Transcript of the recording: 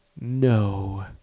No